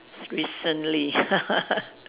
recently